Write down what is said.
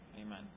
Amen